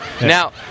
Now